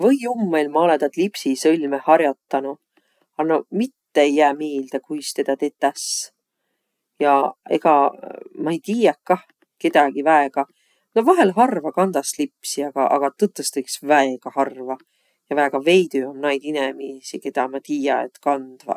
Või jummõl ma olõ taad lipsisõlmõ har'otanuq. A noq mitte ei jääq miilde, kuis tedä tetäs. Ja ega ma-i tiiäq kah kedägi väega no vahel harva kandas lipsi, aga agaq tõtõstõ iks väega harva. Ja väega veidü om naid inemiisi, kedä ma tiiä, et kandvaq.